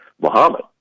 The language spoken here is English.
Muhammad